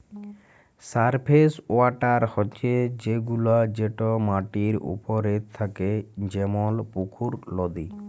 surface water হছে সেগুলা যেট মাটির উপরে থ্যাকে যেমল পুকুর, লদী